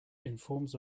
informs